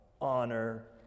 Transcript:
honor